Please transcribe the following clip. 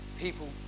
people